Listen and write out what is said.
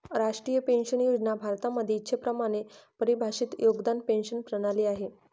राष्ट्रीय पेन्शन योजना भारतामध्ये इच्छेप्रमाणे परिभाषित योगदान पेंशन प्रणाली आहे